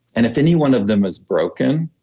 and if any one of them is broken,